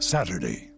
Saturday